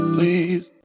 Please